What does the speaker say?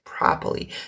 properly